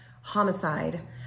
homicide